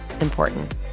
important